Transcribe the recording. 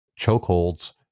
chokeholds